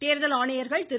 தேர்தல் ஆணையர்கள் திரு